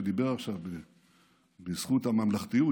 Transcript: שדיבר עכשיו בזכות הממלכתיות,